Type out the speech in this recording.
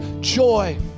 joy